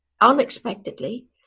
unexpectedly